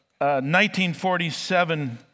1947